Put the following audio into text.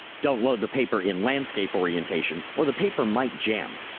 don't load the paper in landscape orientation, or the paper might jam.